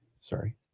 Sorry